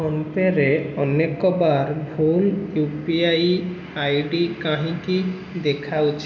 ଫୋନ୍ପେ'ରେ ଅନେକ ବାର ଭୁଲ U P I I D କାହିଁକି ଦେଖାଉଛି